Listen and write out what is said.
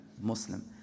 Muslim